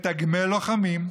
מתגמל לוחמים,